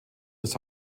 des